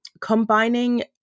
combining